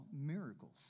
miracles